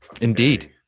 indeed